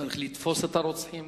צריך לתפוס את הרוצחים